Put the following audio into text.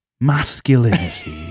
masculinity